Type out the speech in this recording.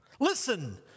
Listen